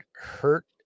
hurt